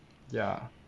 ya